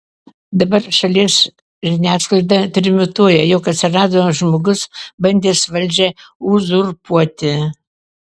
dabar šalies žiniasklaida trimituoja jog atsirado žmogus bandęs valdžią uzurpuoti